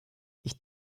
ich